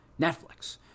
Netflix